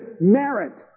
merit